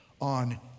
on